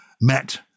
met